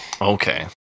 Okay